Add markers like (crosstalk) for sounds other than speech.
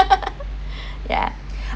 (laughs) yeah